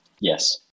Yes